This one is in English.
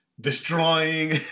destroying